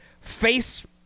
face